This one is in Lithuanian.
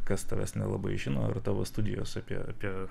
kas tavęs nelabai žino ir tavo studijos apie apie